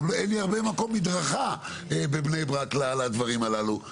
גם אין לי הרבה מקום מדרכה בבני ברק לדברים הללו,